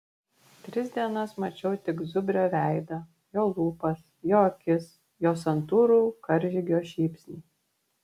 tris dienas mačiau tik zubrio veidą jo lūpas jo akis jo santūrų karžygio šypsnį